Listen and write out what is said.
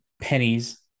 pennies